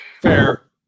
Fair